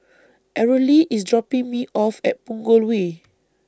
Arely IS dropping Me off At Punggol Way